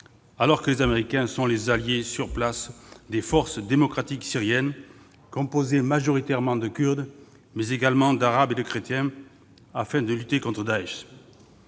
alors que les Américains sont les alliés, sur place, des forces démocratiques syriennes, composées majoritairement de Kurdes, mais également d'Arabes et de chrétiens, dans la lutte contre Daech.